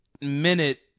minute